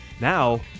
now